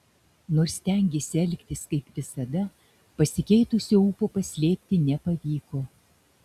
nors stengėsi elgtis kaip visada pasikeitusio ūpo paslėpti nepavyko